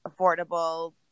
affordable